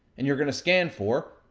and you're gonna scan for,